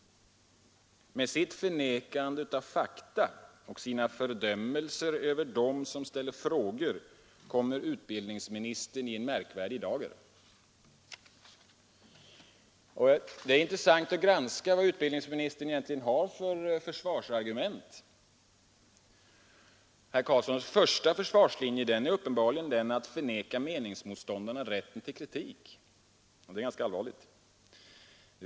Med sitt förnekande av fakta och med sina fördömelser över dem som ställer frågor kommer utbildningsministern i en märkvärdig dager. Det är intressant att granska vad utbildningsministern egentligen har för försvarsargument. Herr Carlssons första försvarslinje är uppenbarligen den att förneka meningsmotståndarna rätten till kritik. Det är allvarligt.